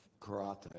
karate